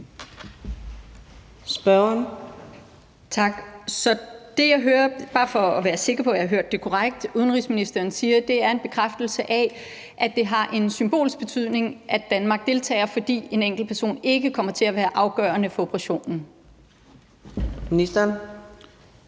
(ALT): Tak. Så bare for at være sikker på, at jeg har hørt det korrekt, vil jeg spørge, om det, udenrigsministeren siger, er en bekræftelse på, at det har en symbolsk betydning, at Danmark deltager, fordi en enkelt person ikke kommer til at være afgørende for operationen. Kl.